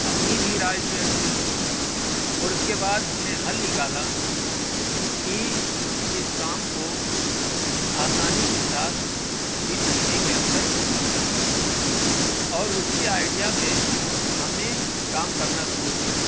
اپنی بھی رائے شیئر کی اور اس کے بعد ہم نے حل نکالا کہ اس کام کو آسانی کے ساتھ تین مہینے کے اندر ختم کرنا ہے اور اسی آئیڈیا پہ ہم نے کام کرنا شروع کیا